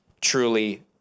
truly